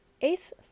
eighth